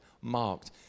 marked